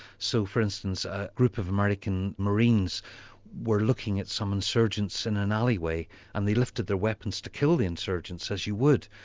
so for instance a group of american marines were looking at some insurgents in an alleyway and they lifted their weapons to kill the insurgents, as you would,